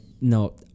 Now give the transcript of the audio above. no